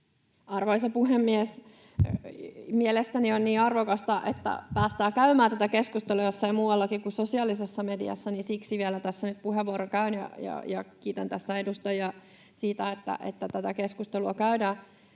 Arvoisa puhemies! Mielestäni on niin arvokasta, että päästään käymään tätä keskustelua jossain muuallakin kuin sosiaalisessa mediassa, niin että siksi vielä tässä nyt puheenvuoroa käyn. Kiitän edustajia siitä, että tätä keskustelua käydään.